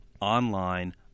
online